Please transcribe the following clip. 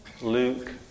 Luke